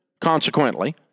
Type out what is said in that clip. consequently